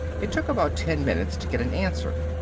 it took about ten minutes to get an answer.